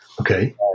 okay